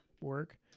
work